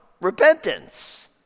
Repentance